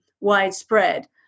widespread